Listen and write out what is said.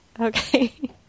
Okay